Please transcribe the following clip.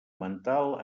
mental